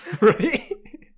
Right